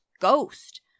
ghost